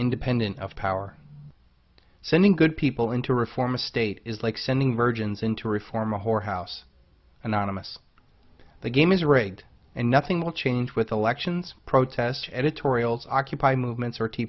independent of power sending good people in to reform a state is like sending virgins in to reform a whorehouse anonymous the game is rigged and nothing will change with elections protest editorials occupy movements or tea